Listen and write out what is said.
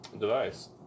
device